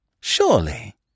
Surely